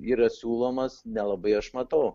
yra siūlomas nelabai aš matau